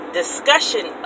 discussion